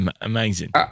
amazing